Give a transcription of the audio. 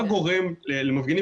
מה גורם למפגינים,